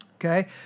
Okay